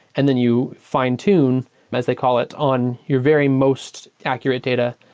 and then you fine tune, as they call, it on your very most accurate data,